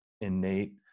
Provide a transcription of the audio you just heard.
innate